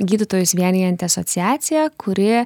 gydytojus vienijanti asociacija kuri